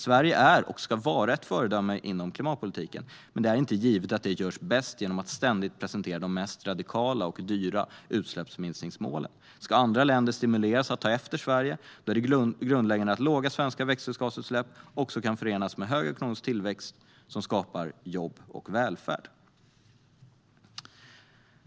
Sverige är och ska vara ett föredöme inom klimatpolitiken, men det är inte givet att detta görs bäst genom att ständigt presentera de dyraste och mest radikala utsläppsminskningsmålen. Om andra länder ska stimuleras att ta efter Sverige är det grundläggande att låga svenska växthusgasutsläpp kan förenas med en stark ekonomisk tillväxt som skapar jobb och välfärd.